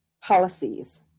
policies